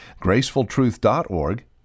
gracefultruth.org